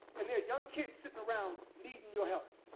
and there's young kids sitting around needing your help.